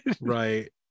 right